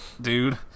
dude